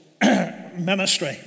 ministry